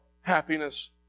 happiness